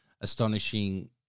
astonishing